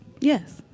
Yes